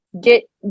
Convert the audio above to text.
get